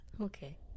Okay